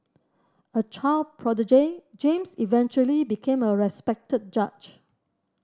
a child prodigy James eventually became a respected judge